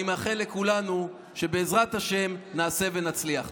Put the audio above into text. אני מאחל לכולנו שבעזרת השם נעשה ונצליח.